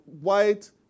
white